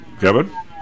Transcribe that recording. Kevin